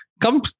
come